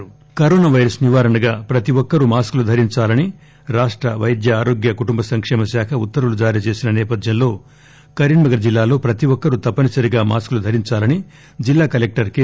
Karim Nagar corona virus నివారణగా ప్రతి ఒక్కరు మాస్కులు ధరించాలని రాష్ట వైద్య ఆరోగ్య కుటుంబ సంక్షేమ శాఖ ఉత్తర్యులు జారీ చేసిన నేపథ్యంలో కరీం నగర్ జిల్లాలో ప్రతి ఒక్కరు తప్పని సరిగా మాస్కులు ధరించాలని జిల్లా కలెక్టర్ కె